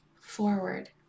forward